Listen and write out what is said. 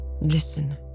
Listen